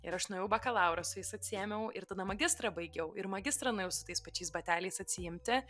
ir aš nuėjau bakalaurą su jais atsiėmiau ir tada magistrą baigiau ir magistrą nuėjau su tais pačiais bateliais atsiimti